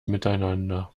miteinander